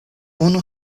unu